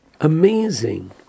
Amazing